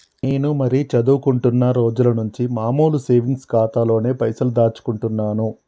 నేను మరీ చదువుకుంటున్నా రోజుల నుంచి మామూలు సేవింగ్స్ ఖాతాలోనే పైసలు దాచుకుంటున్నాను